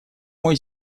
мой